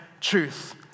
truth